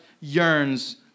yearns